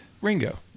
Ringo